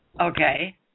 okay